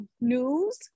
news